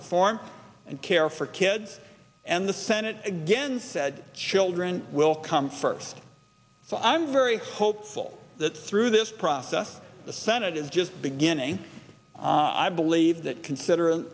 reform and care for kids and the senate again said children will come first so i'm very hopeful that through this process the senate is just beginning i believe that consider a